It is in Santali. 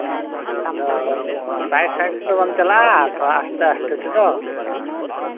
ᱟᱫᱚ ᱥᱟᱴ ᱥᱟᱴ ᱫᱚ ᱵᱟᱢ ᱪᱟᱞᱟᱜᱼᱟ ᱛᱷᱚᱲᱟ ᱟᱥᱛᱮ ᱟᱥᱛᱮ ᱛᱮᱫᱚ